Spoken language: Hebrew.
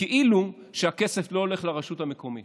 וכאילו שהכסף לא הולך לרשות המקומית.